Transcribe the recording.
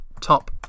top